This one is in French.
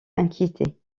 inquiétés